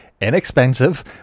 inexpensive